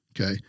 Okay